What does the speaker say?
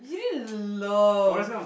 you didn't love